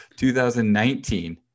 2019